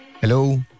Hello